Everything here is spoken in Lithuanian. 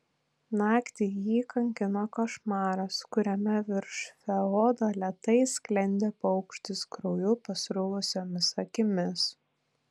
naktį jį kankino košmaras kuriame virš feodo lėtai sklendė paukštis krauju pasruvusiomis akimis